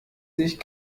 sich